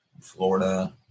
Florida